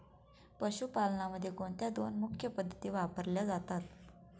पशुपालनामध्ये कोणत्या दोन मुख्य पद्धती वापरल्या जातात?